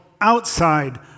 outside